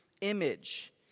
image